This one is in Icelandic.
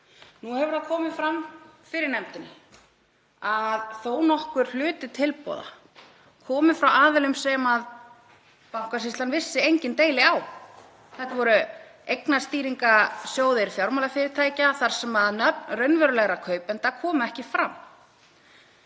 Nú hefur það komið fram fyrir nefndinni að þó nokkur hluti tilboða kom frá aðilum sem Bankasýslan vissi engin deili á. Þetta voru eignastýringasjóðir fjármálafyrirtækja þar sem nöfn raunverulegra kaupenda komu ekki fram.